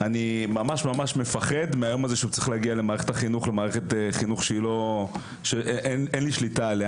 אני ממש מפחד מן היום שהוא יגיע למערכת החינוך שאין לי שליטה עליה,